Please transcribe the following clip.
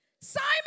Simon